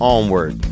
Onward